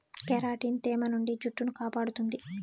keratin తేమ నుండి జుట్టును కాపాడుతుంది